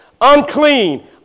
Unclean